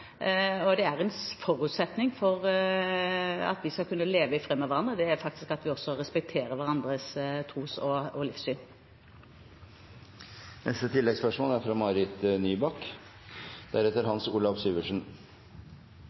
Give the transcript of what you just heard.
og det er en forutsetning for at vi skal kunne leve i fred med hverandre at vi faktisk også respekterer hverandres tros- og